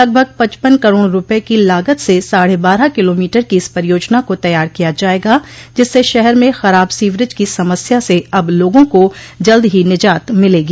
लगभग पचपन करोड़ रूपये की लागत से साढ़े बारह किलोमीटर की इस परियोजना को तैयार किया जायेगा जिससे शहर में खराब सीवरेज की समस्या से अब लोगों को जल्द ही निजात मिलेगी